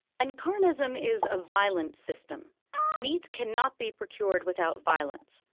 and carnism is a violent system meat cannot be procured without violence,